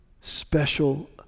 special